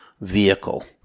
vehicle